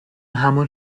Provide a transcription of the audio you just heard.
همان